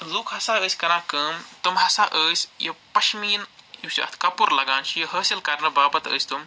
لوٗکھ ہسا ٲسۍ کران کٲم تِم ہسا ٲسۍ یہِ پَشمیٖن یُس یہِ اَتھ کَپُر لَگان چھُ یہِ حٲصِل کرنہٕ باپَتھ ٲسۍ تِم